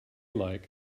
like